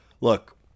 look